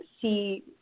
see